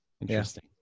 Interesting